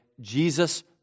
Jesus